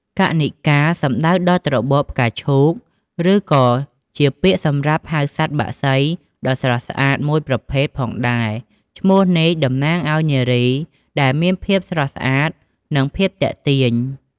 កន្និកា សំដៅដល់ត្របកផ្កាឈូក ឬក៏ជាពាក្យសម្រាប់ហៅសត្វបក្សីដ៏ស្រស់ស្អាតមួយប្រភេទផងដែរ ឈ្មោះនេះតំណាងឲ្យ នារីដែលមានភាពស្រស់ស្អាត និងភាពទាក់ទាញ។